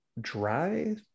dry